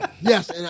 yes